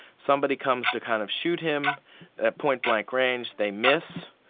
somebody comes to kind of shoot him at point-blank range, they miss,